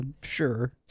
sure